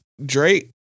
Drake